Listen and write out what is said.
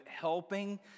helping